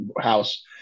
house